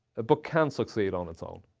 but can succeed on its own.